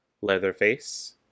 Leatherface